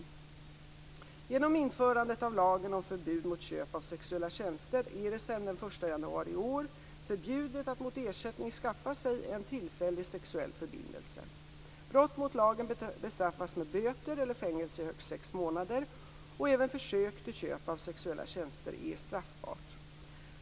Genom införandet av lagen om förbud mot köp av sexuella tjänster är det sedan den 1 januari i år förbjudet att mot ersättning skaffa sig en tillfällig sexuell förbindelse. Brott mot lagen bestraffas med böter eller fängelse i högst sex månader, och även försök till köp av sexuella tjänster är straffbart.